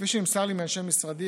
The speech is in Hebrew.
כפי שנמסר לי מאנשי משרדי,